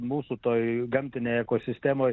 mūsų toj gamtinėj ekosistemoj